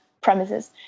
premises